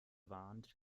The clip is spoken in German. warnt